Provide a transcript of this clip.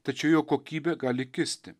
tačiau jo kokybė gali kisti